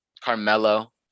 carmelo